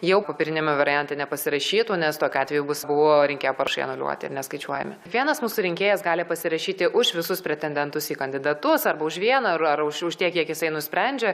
jau popieriniame variante nepasirašytų nes tokiu atveju bus abu rinkėjų parašai anuliuoti neskaičiuojami vienas mūsų rinkėjas gali pasirašyti už visus pretendentus į kandidatus arba už vieną ar ar už tiek kiek jisai nusprendžia